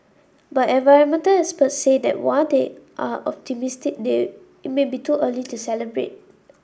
but environmental experts say that while they are optimistic it may be too early to celebrate